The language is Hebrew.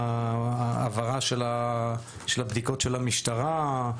העברה של הבדיקות של המשטרה,